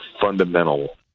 fundamental